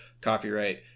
copyright